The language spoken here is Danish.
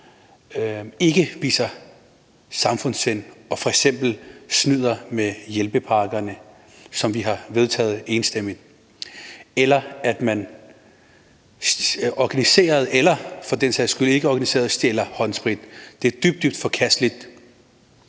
ikke viser samfundssind, men f.eks. snyder med hjælpepakkerne, som vi har vedtaget enstemmigt, eller organiseret – eller for den sags skyld ikkeorganiseret – stjæler håndsprit. Det er dybt, dybt forkasteligt.